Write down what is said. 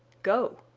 go!